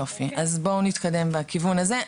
יופי, אז בואו נתקדם בכיוון הזה.